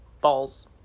balls